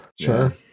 sure